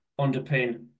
underpin